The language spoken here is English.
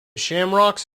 shamrocks